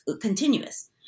continuous